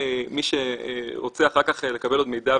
מי שרוצה אחר כך לקבל עוד מידע,